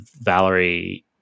Valerie